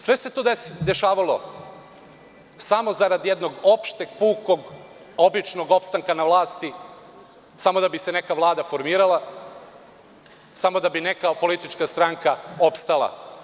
Sve se to dešavalo samo zarad jednog opšteg pukog običnog opstanka na vlasti, samo da bi se neka vlada formirala, samo da bi neka politička stranka opstala.